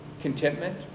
contentment